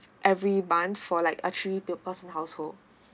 every month for like uh three people in household